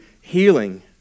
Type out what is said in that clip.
healing